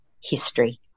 history